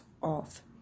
off